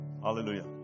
Hallelujah